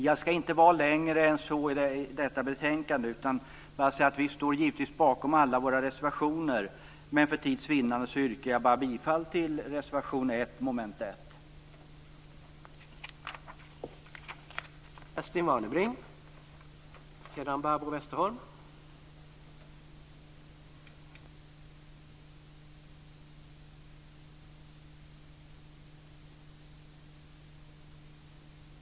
Jag skall inte tala längre än så om detta betänkande utan bara säga att vi givetvis står bakom alla våra reservationer men att jag för tids vinnande yrkar bifall bara till reservation 1, som gäller mom. 1.